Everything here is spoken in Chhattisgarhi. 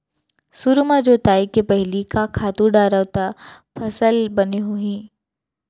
सुरु म जोताई के पहिली का खातू डारव त फसल बने होही?